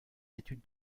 études